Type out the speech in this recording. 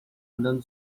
andando